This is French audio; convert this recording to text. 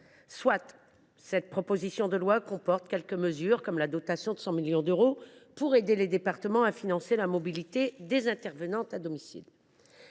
Cette proposition de loi comporte certes quelques mesures positives, comme la dotation de 100 millions d’euros pour aider les départements à financer la mobilité des intervenants à domicile.